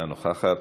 אינה נוכחת.